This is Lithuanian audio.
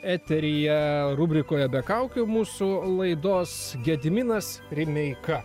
eteryje rubrikoje be kaukių mūsų laidos gediminas rimeika